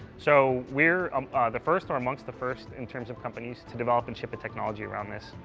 so we're um ah the first or amongst the first in terms of companies to develop and ship the technology around this.